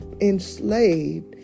enslaved